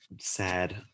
sad